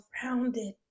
surrounded